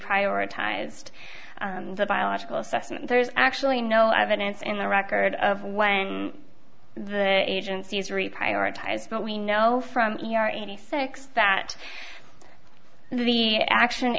prioritized the biological assessment there is actually no evidence in the record of when the agency's re prioritize what we know from here eighty six that the action